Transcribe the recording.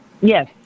Yes